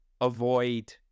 avoid